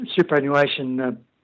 superannuation